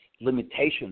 limitations